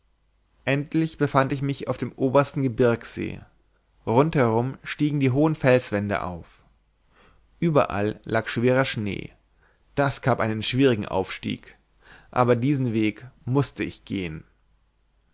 endlich befand ich mich auf dem obersten gebirgssee rundherum stiegen die hohen felswände auf überall lag schwerer schnee das gab einen schwierigen aufstieg aber diesen weg mußte ich gehen